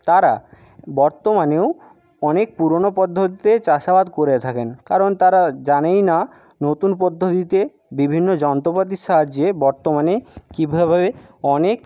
তারা বর্তমানেও অনেক পুরোনো পদ্ধতিতে চাষাবাদ করে থাকেন কারণ তারা জানেই না নতুন পদ্ধতিতে বিভিন্ন যন্ত্রপাতির সাহায্যে বর্তমানে কীভাবে অনেক